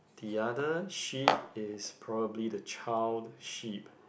the other sheep is probably the child sheep